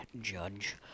judge